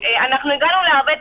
הגענו להרבה תובנות,